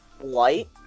light